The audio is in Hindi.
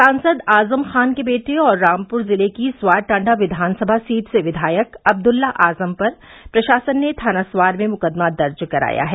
सांसद आजम खान के बेटे और रामपुर जिले की स्वार टांडा विधानसभा सीट से विधायक अब्दुल्ला आजम पर प्रशासन ने थाना स्वार में मुकदमा दर्ज कराया है